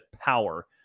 power